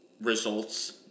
results